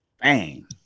Bang